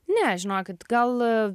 ne žinokit gal